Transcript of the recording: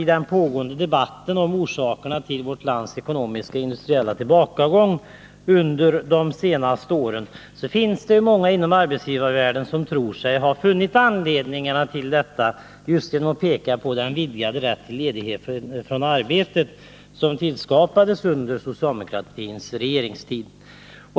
I den pågående debatten om orsakerna till vårt lands ekonomiska och industriella tillbakagång under de senaste åren finns det många inom arbetsgivarvärlden som tror sig ha funnit anledningarna i den vidgade rätt till ledighet från arbetet som tillskapades under socialdemokratins regeringstid.